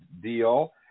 deal